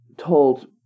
told